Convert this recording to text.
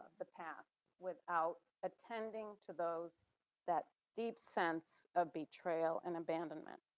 the path without attending to those that deep sense of betrayal and abandonment.